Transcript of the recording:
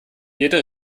jede